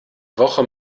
woche